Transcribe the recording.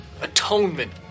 Atonement